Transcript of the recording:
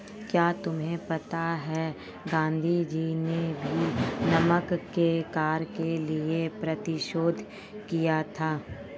क्या तुमको पता है गांधी जी ने भी नमक के कर के लिए कर प्रतिरोध किया था